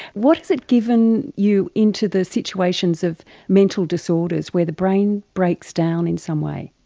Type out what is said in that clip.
what has it given you into the situations of mental disorders where the brain breaks down in some way?